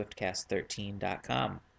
SwiftCast13.com